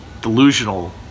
delusional